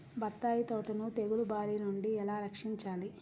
బత్తాయి తోటను తెగులు బారి నుండి ఎలా రక్షించాలి?